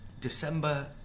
December